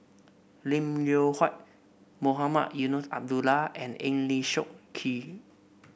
Lim Loh Huat Mohamed Eunos Abdullah and Eng Lee Seok Chee